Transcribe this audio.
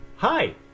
Hi